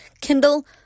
Kindle